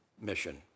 mission